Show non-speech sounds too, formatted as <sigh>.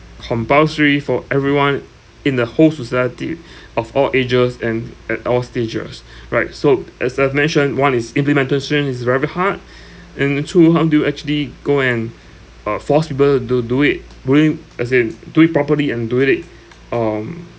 compulsory for everyone in the whole society <breath> of all ages and at all stages <breath> right so as I've mentioned one is implementation is very hard <breath> and two how do you actually go and <breath> uh force people to do it will you as in do it properly and do it it um